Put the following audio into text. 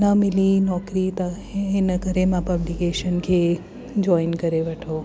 न मिली नौकिरी त हिन करे मां पब्लिकेशन खे जॉइन करे वठो